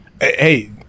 Hey